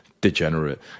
degenerate